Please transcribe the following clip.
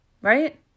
right